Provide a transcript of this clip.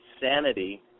sanity